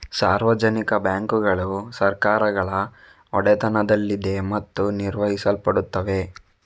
ಸಾರ್ವಜನಿಕ ಬ್ಯಾಂಕುಗಳು ಸರ್ಕಾರಗಳ ಒಡೆತನದಲ್ಲಿದೆ ಮತ್ತು ನಿರ್ವಹಿಸಲ್ಪಡುತ್ತವೆ